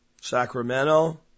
Sacramento